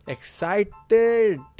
Excited